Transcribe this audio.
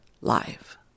life